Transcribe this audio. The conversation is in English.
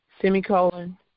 semicolon